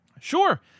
Sure